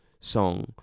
song